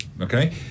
okay